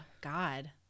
God